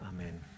Amen